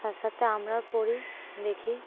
তার সাথে আমরাও পড়ি দেখি